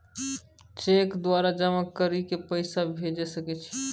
Cheque द्वारा जमा करि के पैसा भेजै सकय छियै?